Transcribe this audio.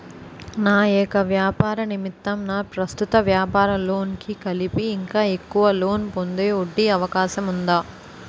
నా యెక్క వ్యాపార నిమిత్తం నా ప్రస్తుత వ్యాపార లోన్ కి కలిపి ఇంకా ఎక్కువ లోన్ పొందే ఒ.డి అవకాశం ఉందా?